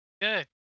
good